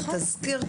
התזכיר,